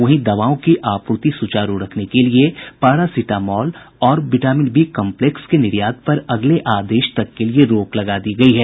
वहीं दवाओं की आपूर्ति सुचारू रखने के लिए पारासिटा मोल और विटामिन बी कम्पलेक्स के निर्यात पर अगले आदेश तक रोक लगा दी है